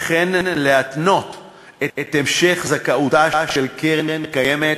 וכן להתנות את המשך זכאותה של הקרן הקיימת